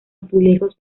azulejos